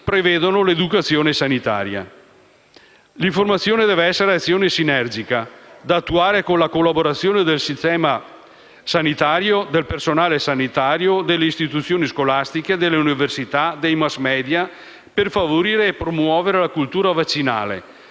L'informazione deve essere azione sinergica da attuare con la collaborazione del Sistema sanitario, del personale sanitario, delle istituzioni scolastiche, delle università e dei *mass media*, per favorire e promuovere la cultura vaccinale,